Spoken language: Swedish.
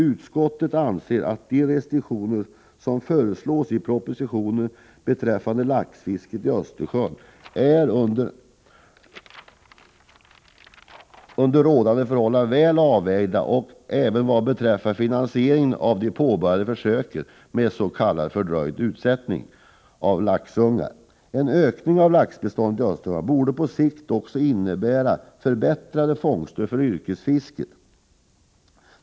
Utskottet anser att de restriktioner som föreslås i propositionen beträffande laxfisket i Östersjön under rådande förhållanden är väl avvägda, även vad gäller finansieringen av de påbörjade försöken med s.k. fördröjd utsättning av laxyngel. En ökning av laxbeståndet i Östersjön borde på sikt också innebära förbättrade fångster för yrkesfiskarna.